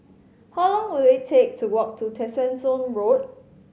how long will it take to walk to Tessensohn Road